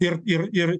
ir ir ir